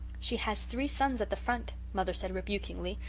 she has three sons at the front mother said rebukingly.